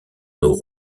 nos